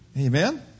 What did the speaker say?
Amen